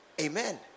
Amen